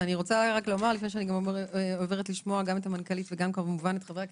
אני לא זוכרת עוד חוק כזה.